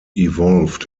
evolved